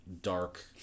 dark